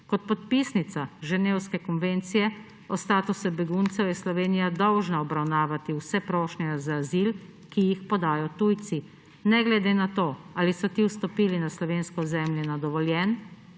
Kot podpisnica Ženevske konvencije o statusu beguncev je Slovenija dolžna obravnavati vse prošnje za azil, ki jih podajo tujci, ne glede na to, ali so ti vstopili na slovensko ozemlje na dovoljen